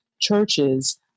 churches